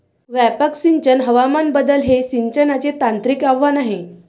व्यापक सिंचन हवामान बदल हे सिंचनाचे तांत्रिक आव्हान आहे